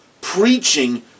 preaching